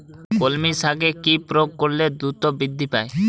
কলমি শাকে কি প্রয়োগ করলে দ্রুত বৃদ্ধি পায়?